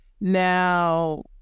Now